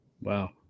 Wow